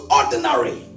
ordinary